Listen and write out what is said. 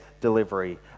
delivery